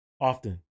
often